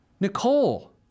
nicole